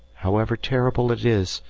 however terrible it is,